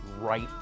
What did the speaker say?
right